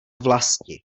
vlasti